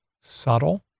subtle